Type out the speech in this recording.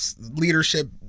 leadership